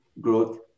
growth